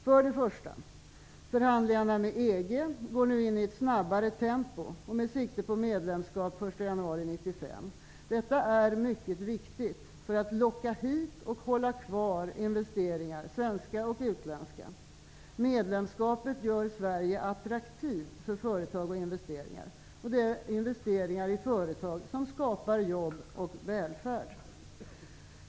För det första: Förhandlingarna med EG sker nu i ett snabbare tempo, med sikte på medlemskap den 1 januari 1995. Detta är mycket viktigt för att locka hit och hålla kvar investeringar, både svenska och utländska. Medlemskapet gör Sverige attraktivt för företag och investeringar, och det är investeringar i företag som skapar jobb och välfärd.